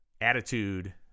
attitude